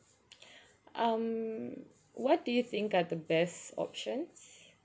um what do you think are the best options